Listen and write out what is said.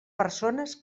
persones